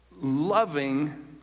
loving